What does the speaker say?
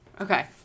Okay